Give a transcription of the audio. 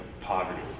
poverty